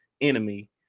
enemy